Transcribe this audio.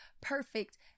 perfect